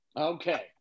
Okay